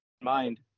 mind